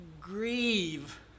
grieve